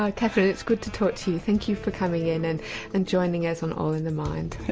ah kathryn it's good to talk to you, thank you for coming in and and joining us on all in the mind.